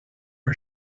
her